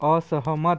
असहमत